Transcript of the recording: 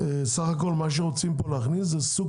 סך הכול מה שרוצים פה להכניס זה סוג